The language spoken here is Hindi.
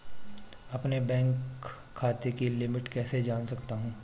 अपने बैंक खाते की लिमिट कैसे जान सकता हूं?